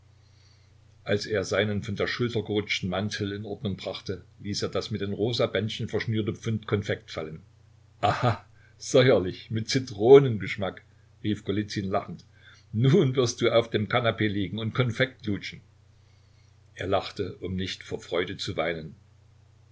als er seinen von der schulter gerutschten mantel in ordnung brachte ließ er das mit dem rosa bändchen verschnürte pfund konfekt fallen aha säuerlich mit zitronengeschmack rief golizyn lachend nun wirst du auf dem kanapee liegen und konfekt lutschen er lachte um nicht vor freude zu weinen